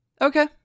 Okay